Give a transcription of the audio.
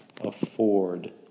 afford